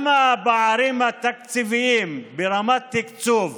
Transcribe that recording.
גם הפערים התקציביים, ברמת תקצוב,